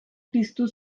piztu